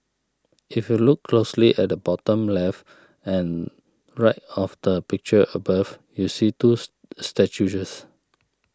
if you look closely at the bottom left and right of the picture above you'll see twos statues